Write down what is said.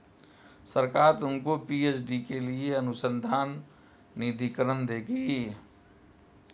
सरकार तुमको पी.एच.डी के लिए अनुसंधान निधिकरण देगी